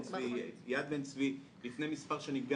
מכון יד בן צבי לפני מספר שנים.